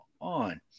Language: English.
on